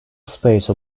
space